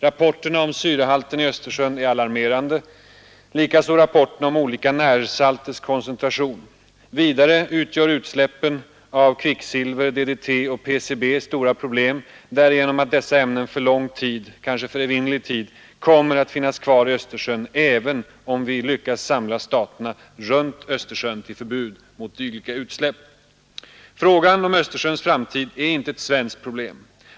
Rapporterna om syrehalten i Östersjön är alarmerande, likaså rapporterna om olika närsalters koncentration. Vidare utgör utsläppen av kvicksilver, DDT och PCB stora problem därigenom att dessa ämnen för lång tid — kanske för evinnerlig tid — kommer att finnas kvar i Östersjön, även om vi lyckas samla staterna runt Östersjön till förbud mot dylika utsläpp. Frågan om Östersjöns framtid är inte ett svenskt problem.